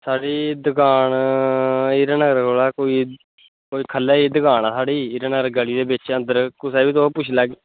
साढ़ी दकान हीरानगर कोला कोई हीरानगर गली दे बेच अंदर कुगी बी तुस पुच्छ लैगे